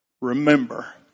Remember